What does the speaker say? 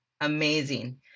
amazing